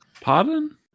Pardon